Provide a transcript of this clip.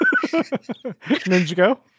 ninjago